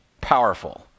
powerful